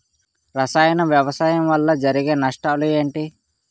రసాయన వ్యవసాయం వల్ల జరిగే నష్టాలు ఏంటి?